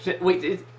wait